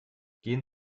gehen